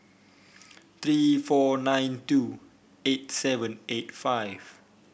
three four nine two eight seven eight five